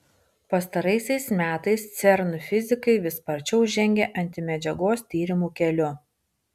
pastaraisiais metais cern fizikai vis sparčiau žengia antimedžiagos tyrimų keliu